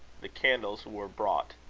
the candles were brought.